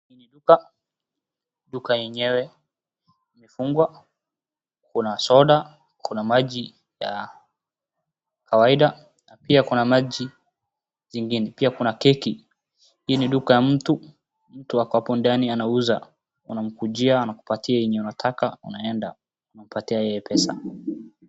Hii ni duka, duka yenyewe imefungwa, kuna soda, kuna maji ya kawaida na pia kuna maji zingine, pia kuna keki. Hii ni duka ya mtu, mtu ako hapo ndani anauza, unamkujia anakupatia yenye unataka unaenda, unampatia yeye pesa.